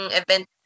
event